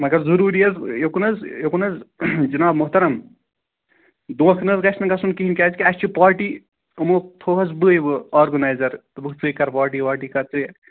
مگر ضٔروٗری حظ یوٚکُن حظ یوٚکُن حظ جِناب مۄہتَرَم دھوکہٕ نہٕ حظ گژھِ نہٕ گژھُن کِہیٖنۍ کیٛازِ کہِ اَسہِ چھِ پاٹی یِمو تھوٚوہَس بٕے وۄنۍ آرگٕنایزَر دوٚپُکھ ژٕے کَر پاٹی واٹی کر ژٕے